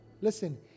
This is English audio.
listen